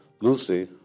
Lucy